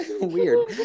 weird